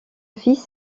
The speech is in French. fils